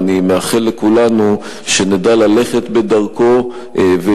ואני מאחל לכולנו שנדע ללכת בדרכו של דב